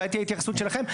אולי תהיה התייחסות שלכם.